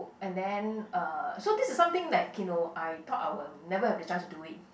and then uh so this is something like you know I thought I will never have the chance to do it